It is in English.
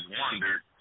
wondered